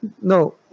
No